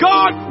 God